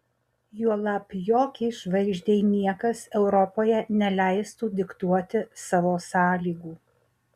juolab jokiai žvaigždei niekas europoje neleistų diktuoti savo sąlygų